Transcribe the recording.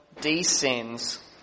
descends